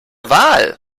wahl